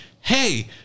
hey